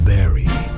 Berry